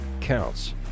counts